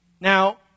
Now